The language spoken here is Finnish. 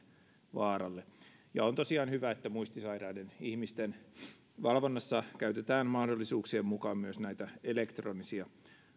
vaaralle on tosiaan hyvä että muistisairaiden ihmisten valvonnassa käytetään mahdollisuuksien mukana myös näitä elektronisia